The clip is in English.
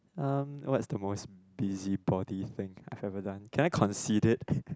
um what's the most busybody thing I have ever done can I concede it